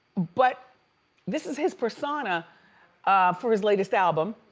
but this is his persona for his latest album.